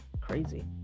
crazy